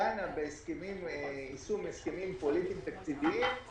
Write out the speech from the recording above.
שדנה ביישום הסכמים פוליטיים תקציביים,